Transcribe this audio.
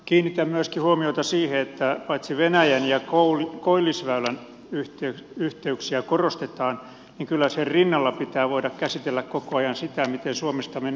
kiinnitän myöskin huomiota siihen että paitsi että venäjän ja koillisväylän yhteyksiä korostetaan niin kyllä sen rinnalla pitää voida käsitellä koko ajan myös sitä miten suomesta mennään eurooppaan